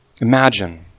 Imagine